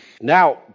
now